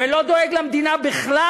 ולא דואג למדינה בכלל.